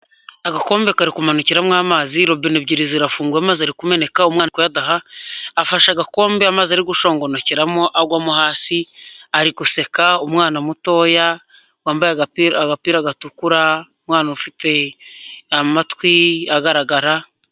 Agakombe kari kumanukiramo amazi, robine ebyiri zirafuye, amaze ari kumeneka, umwana ari kuyadaha, afashe agakombe amazi ari gushongonokeramo agwamo hasi, ari guseka, umwana mutoya wambaye agapira gatukura, umwana ufite amatwi agaragara.